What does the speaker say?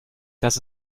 das